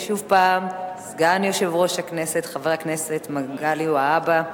שוב, סגן יושב-ראש הכנסת חבר הכנסת מגלי והבה,